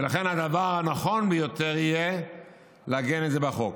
ולכן הדבר הנכון ביותר יהיה לעגן את זה בחוק.